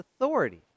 authority